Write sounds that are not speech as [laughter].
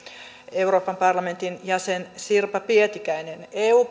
euroopan parlamentin jäsen sirpa pietikäinen eu [unintelligible]